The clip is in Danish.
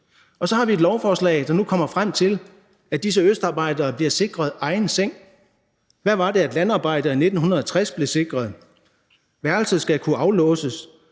Vi har et lovforslag, som nu kommer frem til, at disse østarbejdere bliver sikret egen seng. Hvad var det, at landarbejdere i 1960 blev sikret: Værelset skal kunne aflåses